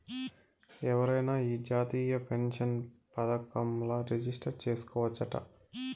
ఎవరైనా ఈ జాతీయ పెన్సన్ పదకంల రిజిస్టర్ చేసుకోవచ్చట